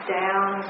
down